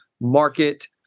market